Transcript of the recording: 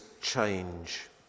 change